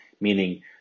meaning